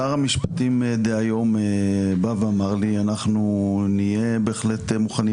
שר המשפטים דהיום בא ואמר לי שהם יהיו מוכנים